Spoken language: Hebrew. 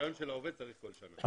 הרישיון של העובד צריך כל שנה.